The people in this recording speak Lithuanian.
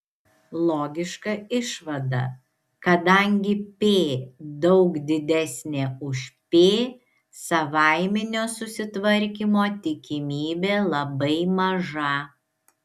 logiška išvada kadangi p daug didesnė už p savaiminio susitvarkymo tikimybė labai maža